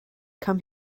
come